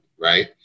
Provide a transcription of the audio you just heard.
right